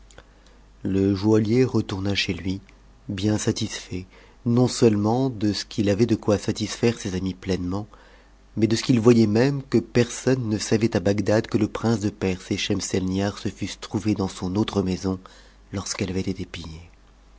le joaillier retourna chez lui bien satisfait non-seulement de ce qu'il avait de quoi satisfaire ses amis pleinement mais de ce qu'il voyait même que personne ne savait à bagdad que le prince de perse et schemselnihar se fussent trouvés dans son autre maison lorsqu'elle avait été